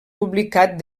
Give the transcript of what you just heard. publicat